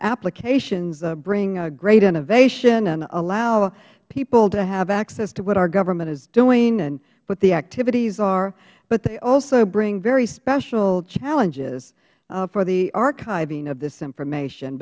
applications bring great innovation and allow people to have access to what our government is doing and what the activities are but they also bring very special challenges for the archiving of this information